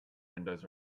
windows